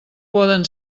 poden